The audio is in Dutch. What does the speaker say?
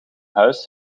huis